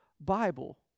Bible